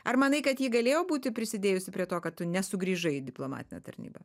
ar manai kad ji galėjo būti prisidėjusi prie to kad tu nesugrįžai į diplomatinę tarnybą